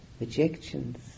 rejections